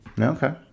Okay